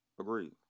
Agreed